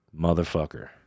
motherfucker